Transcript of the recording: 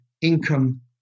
income